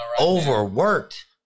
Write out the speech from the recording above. overworked